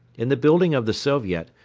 in the building of the soviet,